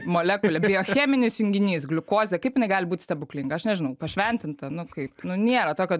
molekulė biocheminis junginys gliukozė kaip jinai gali būti stebuklinga aš nežinau pašventinta nu kaip nu nėra tokio